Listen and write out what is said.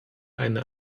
eine